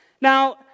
Now